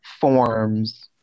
forms